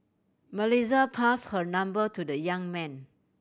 Melissa pass her number to the young man